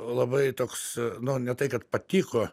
labai toks nu ne tai kad patiko